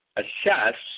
assess